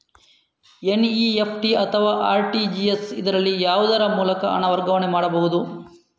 NEFT ಅಥವಾ RTGS, ಇದರಲ್ಲಿ ಯಾವುದರ ಮೂಲಕ ಹಣ ವರ್ಗಾವಣೆ ಮಾಡಬಹುದು?